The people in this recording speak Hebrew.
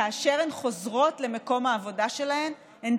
כאשר הן חוזרות למקום העבודה שלהן הן